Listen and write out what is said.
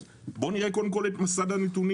אז בואו נראה קודם כול את מסד הנתונים,